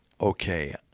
okay